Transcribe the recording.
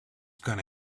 gonna